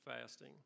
fasting